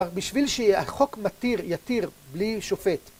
בשביל שהחוק מתיר, יתיר בלי שופט